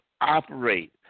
operate